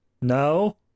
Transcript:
no